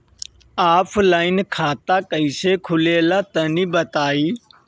Offline खाता कइसे खुलेला तनि बताईं?